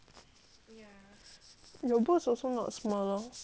your boobs also not small lor